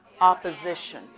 opposition